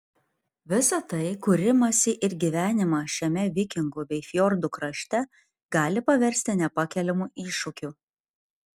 visa tai kūrimąsi ir gyvenimą šiame vikingų bei fjordų krašte gali paversti nepakeliamu iššūkiu